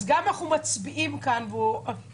אז גם אם אנחנו מצביעים כאן והיושב-ראש